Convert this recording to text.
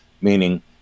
meaning